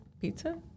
Pizza